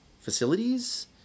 Facilities